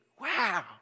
wow